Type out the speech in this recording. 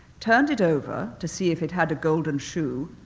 turned it over to see if it had a golden shoe,